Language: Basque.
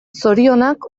zorionak